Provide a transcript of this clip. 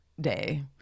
day